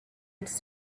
its